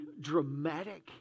dramatic